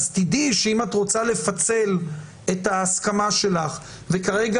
אז תדעי שאם את רוצה לפצל את ההסכמה שלך וכרגע